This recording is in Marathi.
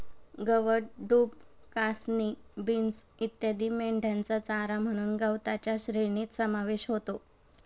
गवत, डूब, कासनी, बीन्स इत्यादी मेंढ्यांचा चारा म्हणून गवताच्या श्रेणीत समावेश होतो